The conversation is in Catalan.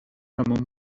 ramon